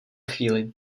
chvíli